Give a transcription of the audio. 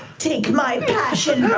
take my passion,